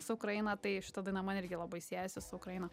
su ukraina tai šita daina man irgi labai siejasi su ukraina